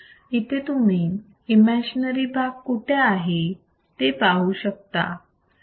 इथे तुम्ही इमॅजिनरी भाग कुठे आहे ते बघू शकता